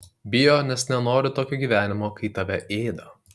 bijo nes nenori tokio gyvenimo kai tave ėda